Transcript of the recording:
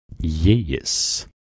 Yes